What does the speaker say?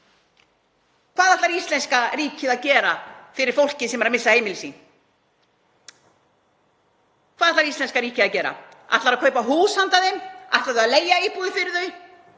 Hvað ætlar íslenska ríkið að gera fyrir fólkið sem er að missa heimili sín? Hvað ætlar íslenska ríkið að gera? Ætlar það að kaupa hús handa þeim? Ætlar það að leigja íbúðir fyrir þau